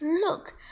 look